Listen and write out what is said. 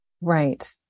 Right